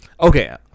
okay